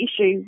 issue